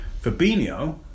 Fabinho